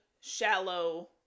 shallow